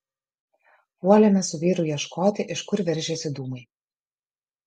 puolėme su vyru ieškoti iš kur veržiasi dūmai